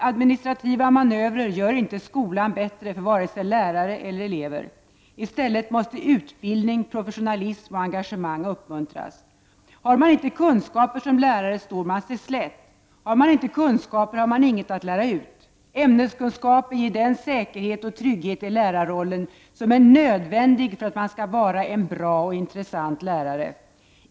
Administrativa manövrer gör inte skolan bättre för vare sig lärare eller elever. I stället måste utbildning, professionalism och engagemang uppmuntras! Har man inte kunskaper som lärare står man sig slätt. Har man inte kunskaper, har man inget att lära ut. Ämneskunskaper ger den säkerhet och trygghet i lärarrollen som är nödvändig för att man skall vara en bra och intressant lärare.